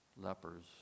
lepers